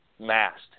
Mast